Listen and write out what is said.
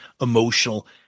emotional